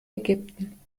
ägypten